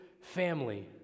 family